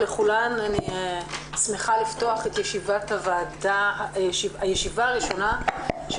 אני שמחה לפתוח את הישיבה הראשונה של